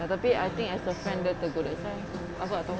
ya tapi I think as a friend dia tegur that's why